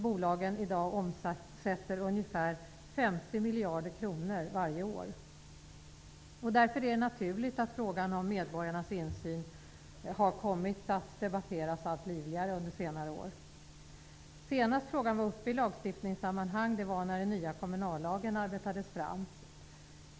Bolagen omsätter i dag ca 50 miljarder kronor varje år. Därför är det naturligt att frågan om medborgarnas insyn har kommit att debatteras allt livligare. Senast som frågan var uppe i lagstiftningssammanhang var när den nya kommunallagen arbetades fram.